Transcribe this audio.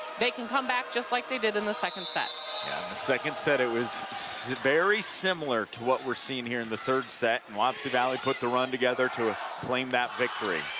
they can come back just like they did in the second set. in the second set, it was very similar to what we're seeing here in the third set. wapsie valley put the run together to kwclaim that victory.